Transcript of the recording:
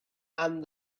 and